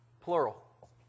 plural